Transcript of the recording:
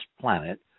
planet